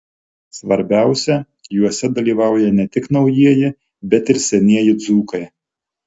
svarbiausia juose dalyvauja ne tik naujieji bet ir senieji dzūkai